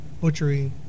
butchery